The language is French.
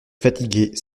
fatigués